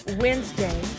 Wednesday